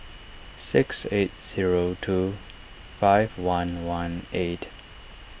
six eight zero two five one one eight